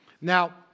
Now